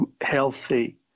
healthy